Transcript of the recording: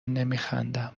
نمیخندم